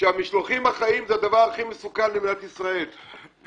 שהמשלוחים החיים זה הדבר הכי מסוכן למדינת ישראל אבל